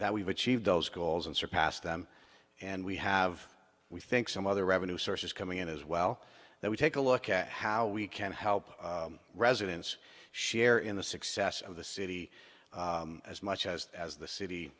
that we've achieved those goals and surpassed them and we have we think some other revenue sources coming in as well that we take a look at how we can help residents share in the success of the city as much as as the city